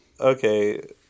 Okay